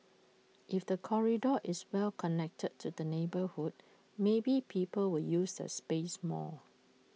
if the corridor is well connected to the neighbourhood maybe people will use the space more